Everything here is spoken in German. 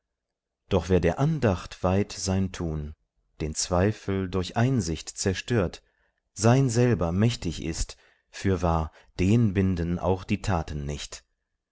doch wer der andacht weiht sein tun den zweifel durch einsicht zerstört sein selber mächtig ist fürwahr den binden auch die taten nicht